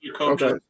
Okay